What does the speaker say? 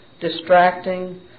distracting